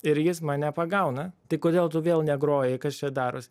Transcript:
ir jis mane pagauna tai kodėl tu vėl negroji kas čia daros